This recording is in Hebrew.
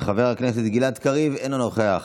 חבר הכנסת גלעד קריב, אינו נוכח,